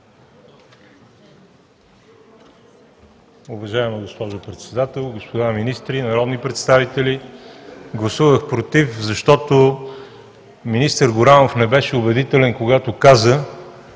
Уважаема госпожо Председател, господа министри, народни представители! Гласувах „против“, защото министър Горанов не беше убедителен, когато каза,